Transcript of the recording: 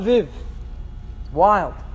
Wild